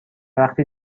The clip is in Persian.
وقتی